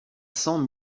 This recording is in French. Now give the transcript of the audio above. cents